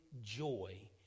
joy